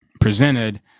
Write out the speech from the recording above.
presented